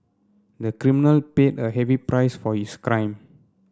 the criminal paid a heavy price for his crime